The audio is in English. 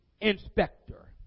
inspector